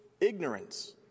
ignorance